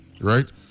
right